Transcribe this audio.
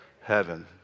Heaven